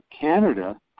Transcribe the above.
Canada